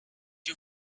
you